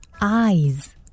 eyes